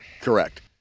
Correct